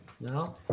No